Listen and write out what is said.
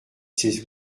ses